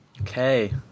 Okay